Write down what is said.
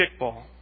kickball